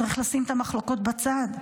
צריך לשים את המחלוקות בצד.